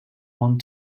one